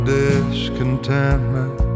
discontentment